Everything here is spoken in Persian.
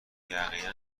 یقینا